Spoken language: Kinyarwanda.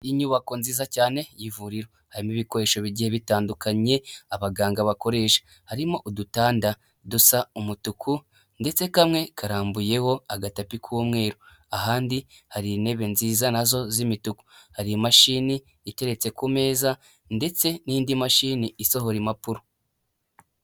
Inyubako nziza cyane y'ivuriro harimo ibikoresho bigiye bitandukanye abaganga bakoresha. Harimo udutanda dusa umutuku ndetse kamwe karambuyeho agatapi k'umweru, ahandi hari intebe nziza nazo z'imituku hari imashini iteretse ku meza ndetse n'indi mashini isohora impapuro.